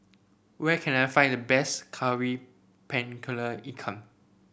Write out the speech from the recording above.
where can I find the best kari ikan